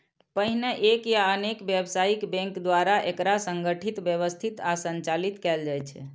पहिने एक या अनेक व्यावसायिक बैंक द्वारा एकरा संगठित, व्यवस्थित आ संचालित कैल जाइ छै